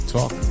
Talk